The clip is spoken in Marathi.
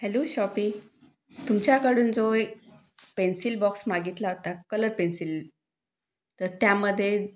हॅलो शॉपी तुमच्याकडून जो एक पेन्सिल बॉक्स मागितला होता कलर पेन्सिल तर त्यामध्ये